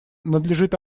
надлежит